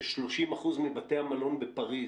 ש-30% מבתי המלון בפריז